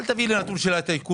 אל תביא לי נתון של הטייקונים.